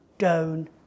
down